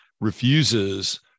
refuses